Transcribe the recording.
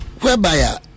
whereby